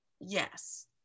yes